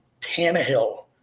Tannehill